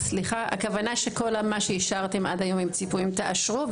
הכוונה שכל מה שאישרתם עד היום עם ציפויים תאשרו,